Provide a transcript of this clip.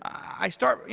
i start.